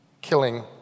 killing